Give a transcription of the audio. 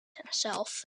himself